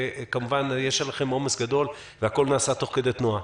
וכמובן יש עליכם עומס גדול והכל נעשה תוך כדי תנועה.